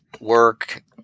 work